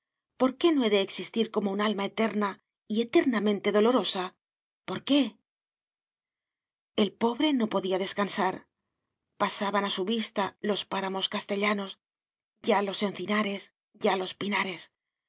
por qué no he de existir como un alma eterna y eternamente dolorosa por qué el pobre no podía descansar pasaban a su vista los páramos castellanos ya los encinares ya los pinares